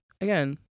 again